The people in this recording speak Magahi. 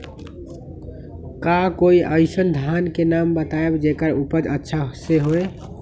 का कोई अइसन धान के नाम बताएब जेकर उपज अच्छा से होय?